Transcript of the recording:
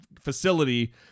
facility